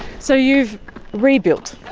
so you've rebuilt.